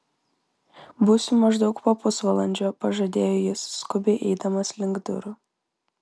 būsiu maždaug po pusvalandžio pažadėjo jis skubiai eidamas link durų